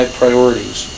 priorities